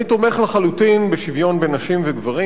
אני תומך לחלוטין בשוויון בין נשים לגברים,